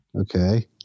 Okay